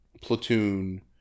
platoon